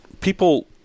People